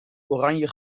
oranje